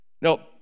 No